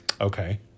Okay